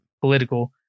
political